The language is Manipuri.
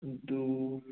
ꯑꯗꯨ